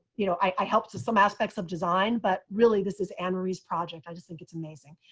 you know, i helped to some aspects of design, but really this is andrews project. i just think it's amazing.